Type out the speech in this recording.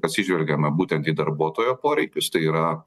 atsižvelgiama būtent į darbuotojo poreikius tai yra